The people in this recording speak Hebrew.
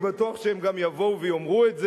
אני בטוח שהם גם יבואו ויאמרו את זה,